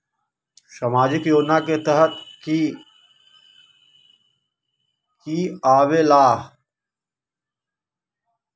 समाजिक योजना के तहद कि की आवे ला?